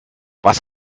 was